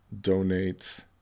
donates